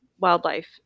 wildlife